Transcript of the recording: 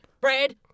bread